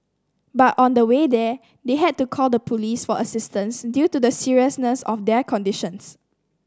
but on the way there they had to call the police for assistance due to the seriousness of their conditions